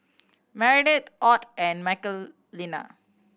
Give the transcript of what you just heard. Meredith Ott and Michelina